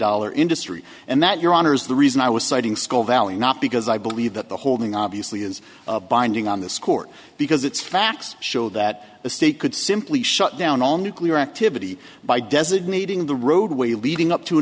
dollar industry and that your honor is the reason i was citing school valley not because i believe that the holding obviously is binding on this court because it's facts show that the state could simply shut down all nuclear activity by designating the roadway leading up to a